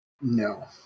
No